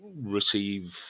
receive